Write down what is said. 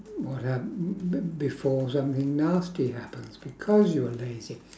what hap~ be~ before something nasty happens because you are lazy